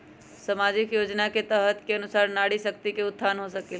सामाजिक योजना के तहत के अनुशार नारी शकति का उत्थान हो सकील?